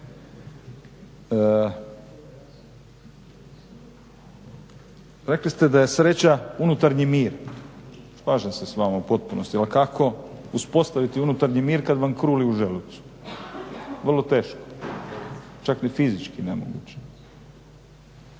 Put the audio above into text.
Rekli ste da je sreća unutarnji mir, slažem se s vama u potpunosti ali kako uspostaviti unutarnji mir kad vam kruli u želucu? Vrlo teško, čak ni fizički nemoguće.